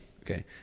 Okay